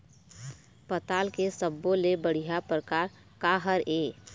पताल के सब्बो ले बढ़िया परकार काहर ए?